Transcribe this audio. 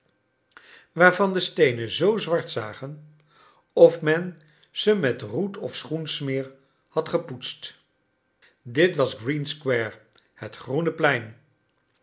waarvan de steenen zoo zwart zagen of men ze met roet of schoensmeer had gepoetst dit was green square het groene plein